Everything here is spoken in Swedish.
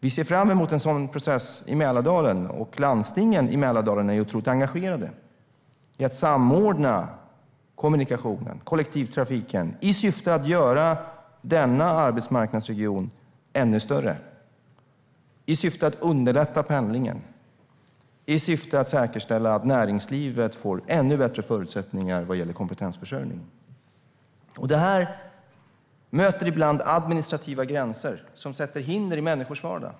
Vi ser fram emot en sådan process i Mälardalen. Landstingen i Mälardalen är ju otroligt engagerade i att samordna kommunikation och kollektivtrafik i syfte att göra denna arbetsmarknadsregion ännu större, att underlätta pendlingen och att säkerställa att näringslivet får ännu bättre förutsättningar för kompetensförsörjning. Detta möter ibland administrativa gränser som sätter hinder i människors vardag.